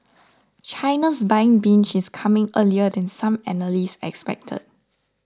China's buying binge is coming earlier than some analysts expected